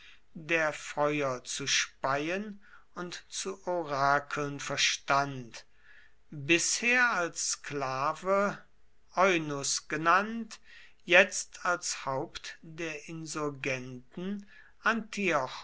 der feuer zu speien und zu orakeln verstand bisher als sklave eunus genannt jetzt als haupt der insurgenten